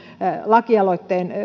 lakialoitteen